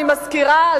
אני מזכירה,